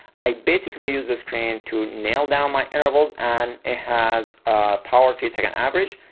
i basically use the screen to nail down my intervals and it has a power three second average,